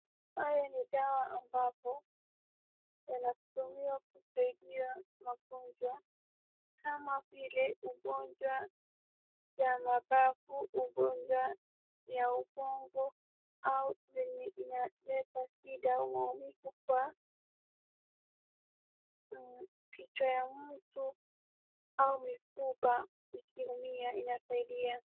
Haya ni madwa ambayo yanatumiwa kusaidia wagonjwa kama vile ugonjwa ya mapafu , ugonjwa ya ubongo au yenye inaleta shifda ya maumivu kwenye kichwa ya mtu au mifupa ikiumia inasaidia.